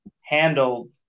handled